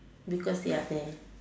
because we are there